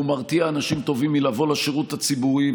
והוא מרתיע אנשים טובים מלבוא לשירות הציבורי.